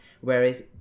whereas